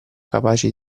capaci